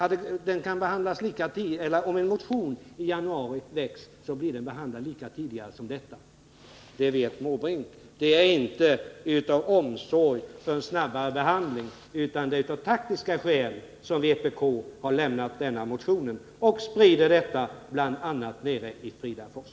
Om en motion väcks i januari nästa år blir den behandlad lika tidigt som denna skulle ha blivit; det vet Bertil Måbrink. Det är således inte av omsorg för en snabbare behandling, utan det är av taktiska skäl, som vpk har lämnat denna motion och sprider detta rykte, bl.a. nere i Fridafors.